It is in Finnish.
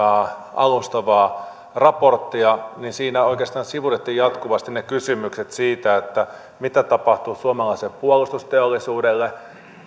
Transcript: alustavaa raporttia siinä oikeastaan sivuutettiin jatkuvasti kysymykset siitä mitä tapahtuu suomalaiselle puolustusteollisuudelle